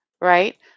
right